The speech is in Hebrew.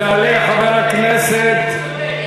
יעלה חבר הכנסת, הוא צודק.